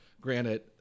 Granted